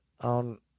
on